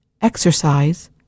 exercise